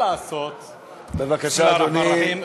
א-רחמאן א-רחים.